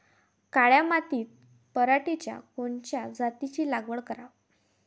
काळ्या मातीत पराटीच्या कोनच्या जातीची लागवड कराव?